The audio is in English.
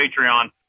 Patreon